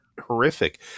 horrific